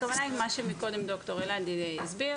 הכוונה היא מה שמקודם ד"ר אלעד הסביר